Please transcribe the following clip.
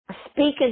speaking